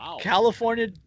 California